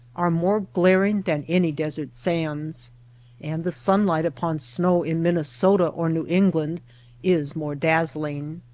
are more glaring than any desert sands and the sunlight upon snow in minnesota or new england is more dazzling.